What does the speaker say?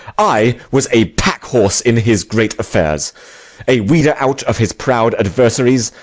i was a pack-horse in his great affairs a weeder-out of his proud adversaries,